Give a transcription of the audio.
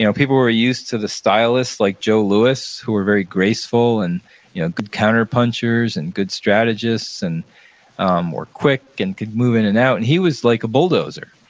you know people were used to the stylists like joe louis, who were very graceful and you know good counterpunchers and good strategists um or quick and could move in and out, and he was like a bulldozer.